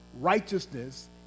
righteousness